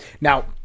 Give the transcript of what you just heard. now